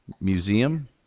museum